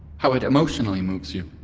how it emotionally moves you.